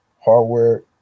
hardware